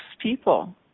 people